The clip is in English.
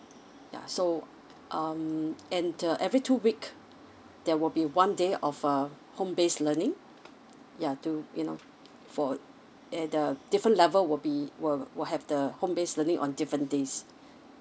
ya so um and uh every two week there will be one day of uh home based learning ya to you know for at a different level will be will will have the home based learning on different days